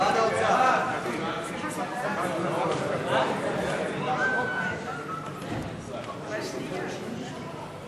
ההצעה להעביר את הצעת חוק רישוי עסקים (תיקון,